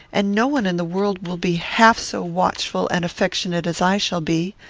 and, no one in the world will be half so watchful and affectionate as i shall be.